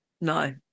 No